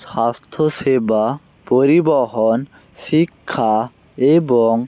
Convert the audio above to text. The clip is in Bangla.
স্বাস্থ্যসেবা পরিবহন শিক্ষা এবং